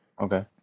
Okay